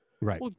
Right